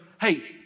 hey